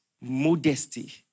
modesty